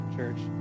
church